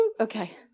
okay